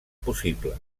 possible